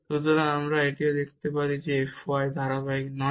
সুতরাং আমরা এটাও দেখাতে পারি যে f y ধারাবাহিক নয়